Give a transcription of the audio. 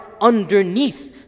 underneath